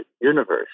universe